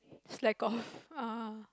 slack off ah